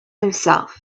himself